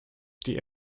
die